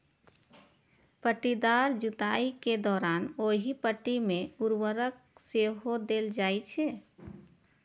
पट्टीदार जुताइ के दौरान ओहि पट्टी मे उर्वरक सेहो देल जाइ छै